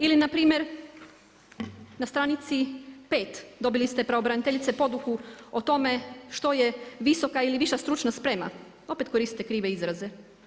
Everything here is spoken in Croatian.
Ili npr. na stranici 5 dobili ste dobili ste pravobraniteljice poduku o tome što je visoka ili viša stručna sprema, opet koriste krive izraze.